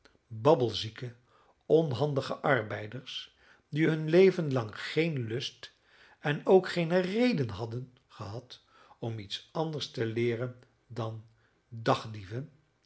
babbelzieke onhandige arbeiders die hun leven lang geen lust en ook geene reden hadden gehad om iets anders te leeren dan dagdieven